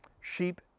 Sheep